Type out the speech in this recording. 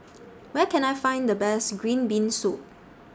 Where Can I Find The Best Green Bean Soup